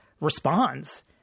responds